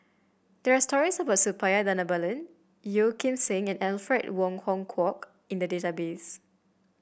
there're stories Suppiah Bhanabalan Yeo Kim Seng and Alfred Wong Hong Kwok in the database